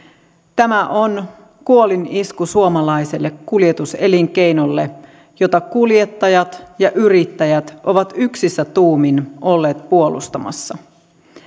tämä on kuolinisku suomalaiselle kuljetuselinkeinolle jota kuljettajat ja yrittäjät ovat yksissä tuumin olleet puolustamassa